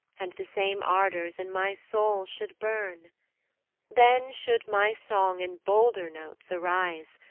and the same ardors in my soul should burn then should my song in bolder notes arise,